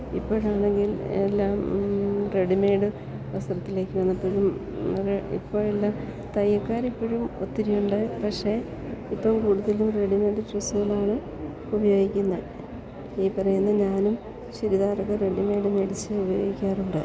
ഇപ്പോൾ ആണെങ്കിൽ എല്ലാം റെഡിമേയ്ഡ് വസ്ത്രത്തിലേക്ക് വന്നപ്പോഴും അങ്ങനെ ഇപ്പോൾ എല്ലാം തയ്യൽക്കാർ ഇപ്പോഴും ഒത്തിരി ഉണ്ട് പക്ഷെ ഇപ്പം കൂടുതലും റെഡിമേയ്ഡ് ഡ്രെസ്സുകളാണ് ഉപയോഗിക്കുന്നത് ഈ പറയുന്ന ഞാനും ചുരിദാറൊക്കെ റെഡിമേയ്ഡ് മേടിച്ചു ഉപയോഗിക്കാറുണ്ട്